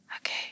Okay